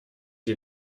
die